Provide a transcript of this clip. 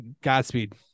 Godspeed